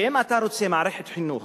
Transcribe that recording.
שאם אתה רוצה מערכת חינוך